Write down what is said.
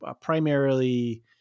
primarily